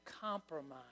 compromise